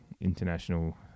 international